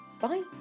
Bye